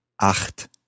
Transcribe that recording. Acht